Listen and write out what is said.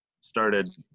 started